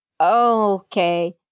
okay